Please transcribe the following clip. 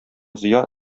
зыя